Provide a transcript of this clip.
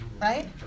Right